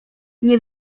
nie